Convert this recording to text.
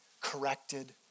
corrected